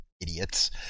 Idiots